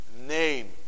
name